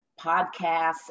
podcasts